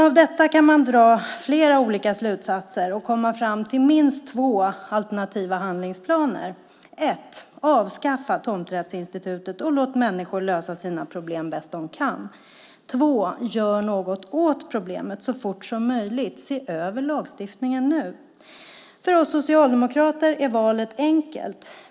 Av detta kan man dra flera olika slutsatser - och komma fram till minst två alternativa handlingsplaner. 1. Avskaffa tomträttsinstrumentet och låt människor lösa sina problem bäst de kan. 2. Gör något åt problemet så fort som möjligt, se över lagstiftningen nu. För oss socialdemokrater är valet enkelt.